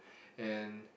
and